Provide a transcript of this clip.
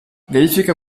verifica